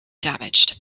damaged